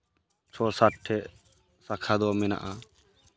ᱪᱷᱚ ᱥᱟᱛ ᱴᱷᱮᱡ ᱥᱟᱠᱷᱟ ᱫᱚ ᱢᱮᱱᱟᱜᱼᱟ